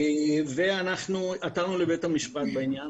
אנחנו עתרנו לבית המשפט בעניין,